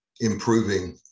improving